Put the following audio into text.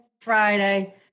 Friday